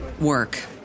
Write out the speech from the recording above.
work